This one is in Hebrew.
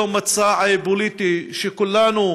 זהו מצע פוליטי שכולנו